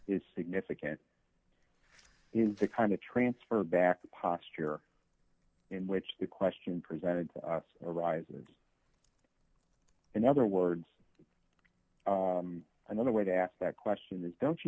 is significant to kind of transfer back to posture in which the question presented arises in other words another way to ask that question is don't you